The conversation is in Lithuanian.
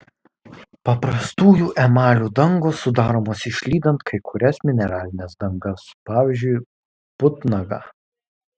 paprastųjų emalių dangos sudaromos išlydant kai kurias mineralines dangas pavyzdžiui putnagą